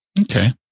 Okay